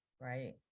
right